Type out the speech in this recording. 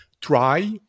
try